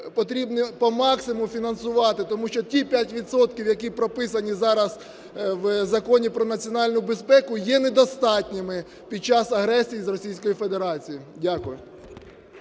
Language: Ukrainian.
потрібно по максимум фінансувати, тому що ті 5 відсотків, які прописані зараз в Законі про національну безпеку, є недостатніми під час агресії з Російською Федерацією. Дякую.